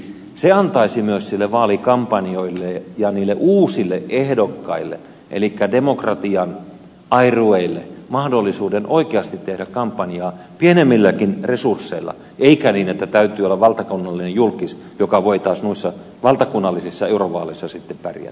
se antaisi myös niille vaalikampanjoille ja niille uusille ehdokkaille elikkä demokratian airuille mahdollisuuden oikeasti tehdä kampanjaa pienemmilläkin resursseilla eikä niin että täytyy olla valtakunnallinen julkkis joka taas voi sitten noissa valtakunnallisissa eurovaaleissa pärjätä